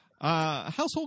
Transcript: Household